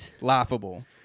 laughable